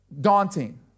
daunting